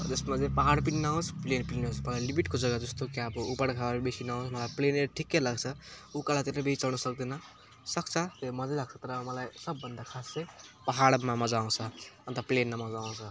जसमा चाहिँ पाहाड पनि नहोस् प्लेन पनि नहोस् भयो लिमिटको जग्गा जस्तो कि अब उबडखाबड बेसी नहोस् मलाई प्लेन एरिया ठिकै लाग्छ उकालोतिर बेसी चढ्नुसक्दैन सक्छ त्यो मजा लाग्छ मलाई तर अब सबभन्दा खासै पाहाडमा मजा आउँछ अनि त प्लेनमा मजा आउँछ